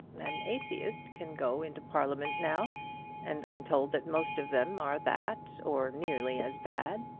an atheist can go into parliament now and i'm told that most of them are that, or nearly as bad.